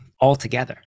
altogether